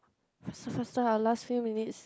faster faster ah last few minutes